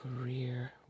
career